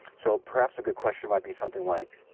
so perhaps a good question might be something like.